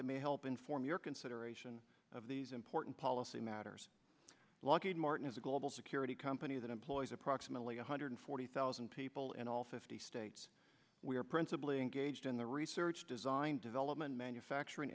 that may help inform your consideration of these important policy matters lucking martin is a global security company that employs approximately one hundred forty thousand people in all fifty states we are principally engaged in the research design development manufacturing